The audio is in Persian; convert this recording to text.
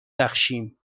بخشیم